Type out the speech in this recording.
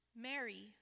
Mary